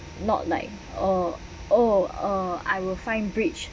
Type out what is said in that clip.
not like oh oh oh I will find bridge